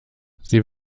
sie